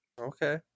Okay